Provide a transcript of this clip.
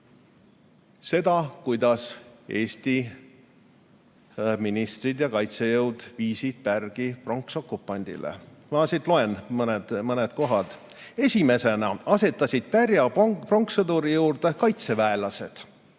Seda, kuidas Eesti ministrid ja kaitsejõud viisid pärgi pronksokupandile. Ma siit loen mõned kohad. Esimesena asetasid pärja pronkssõduri juurde kaitseväelased.